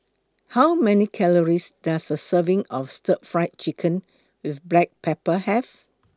How Many Calories Does A Serving of Stir Fried Chicken with Black Pepper Have